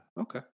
Okay